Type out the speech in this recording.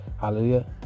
hallelujah